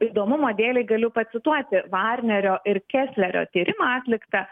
įdomumo dėlei galiu pacituoti varnerio ir ketlerio tyrimą atlikta